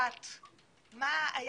1. מה היחס